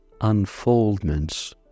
unfoldments